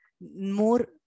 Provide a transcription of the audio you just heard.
more